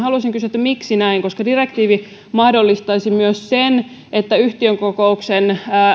haluaisin kysyä miksi näin koska direktiivi mahdollistaisi myös sen että yhtiökokouksen